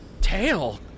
Tail